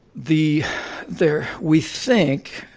the there we think,